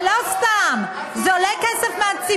אבל לא למדינה, ולא סתם, זה עולה כסף מהציבור.